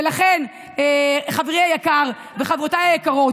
ולכן, חברי היקר וחברותיי היקרות,